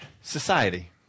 society